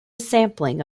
sampling